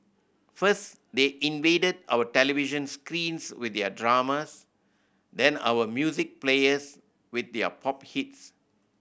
first they invaded our television screens with their dramas then our music players with their pop hits